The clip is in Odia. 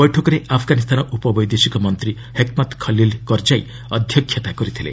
ବୈଠକରେ ଆଫ୍ଗାନିସ୍ତାନ ଉପବୈଦେଶିକ ମନ୍ତ୍ରୀ ହେକ୍ମତ୍ ଖଲିଲ୍ କର୍ଜାଇ ଅଧ୍ୟକ୍ଷତା କରିଥିଲେ